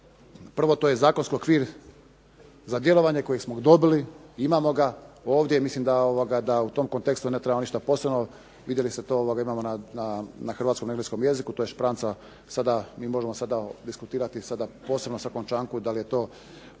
prvo tu je zakonski okvir za djelovanje koji smo dobili, imamo ga ovdje, mislim da u tom kontekstu ne trebamo ništa posebno, imamo na Hrvatskom i Engleskom jeziku, to je špranca mi možemo sada diskutirati posebno o 7. članku da li je to